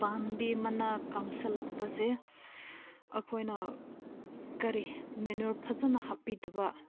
ꯄꯥꯝꯕꯤ ꯃꯅꯥ ꯀꯪꯁꯤꯜꯂꯛꯄꯁꯦ ꯑꯩꯈꯣꯏꯅ ꯀꯔꯤ ꯃꯦꯅ꯭ꯌꯣꯔ ꯐꯖꯅ ꯍꯥꯞꯄꯤꯗꯕ